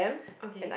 okay